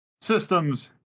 systems